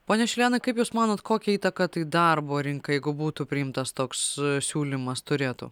pone šilėnai kaip jūs manot kokią įtaką tai darbo rinkai jeigu būtų priimtas toks siūlymas turėtų